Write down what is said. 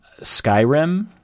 Skyrim